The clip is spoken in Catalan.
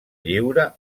lliure